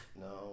No